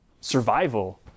survival